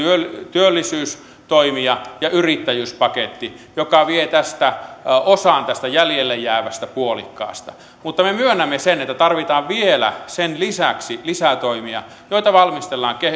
työllisyystoimia ja yrittäjyyspaketti joka vie osan tästä jäljelle jäävästä puolikkaasta mutta me myönnämme sen että tarvitaan vielä sen lisäksi lisätoimia joita valmistellaan